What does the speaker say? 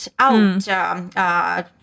out